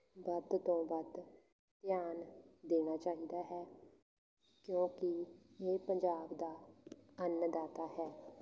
ਵੱਧ ਤੋਂ ਵੱਧ ਧਿਆਨ ਦੇਣਾ ਚਾਹੀਦਾ ਹੈ ਕਿਉਂਕਿ ਇਹ ਪੰਜਾਬ ਦਾ ਅੰਨਦਾਤਾ ਹੈ